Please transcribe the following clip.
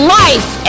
life